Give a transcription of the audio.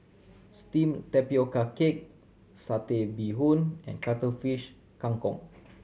steamed tapioca cake Satay Bee Hoon and Cuttlefish Kang Kong